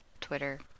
Twitter